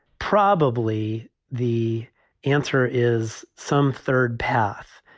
probably the answer is some third path.